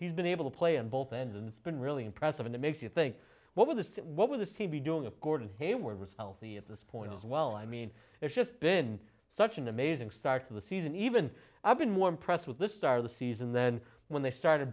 he's been able to play on both ends and it's been really impressive and it makes you think what this what was he be doing according hayward was healthy at this point as well i mean it's just been such an amazing start to the season even i've been more impressed with the start of the season then when they started